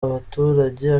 abaturage